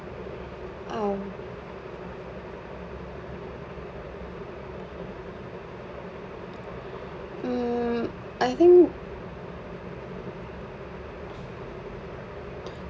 um mm I think